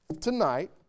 tonight